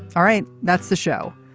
all right. that's the show.